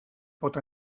pot